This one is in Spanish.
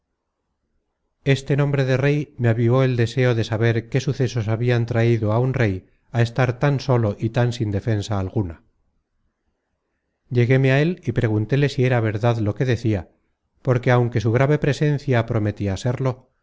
este nombre de rey me avivó el deseo de saber qué sucesos habian traido á un rey á estar tan solo y tan sin defensa alguna lleguéme á él y preguntéle si era verdad lo que decia porque aunque su grave presencia prometia serlo